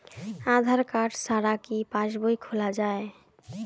আধার card ছাড়া কি পাসবই খোলা যায়?